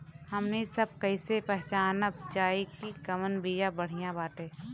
हमनी सभ कईसे पहचानब जाइब की कवन बिया बढ़ियां बाटे?